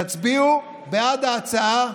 תצביעו בעד ההצעה.